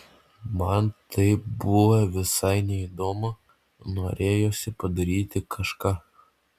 man tai buvo visai neįdomu norėjosi padaryti kažką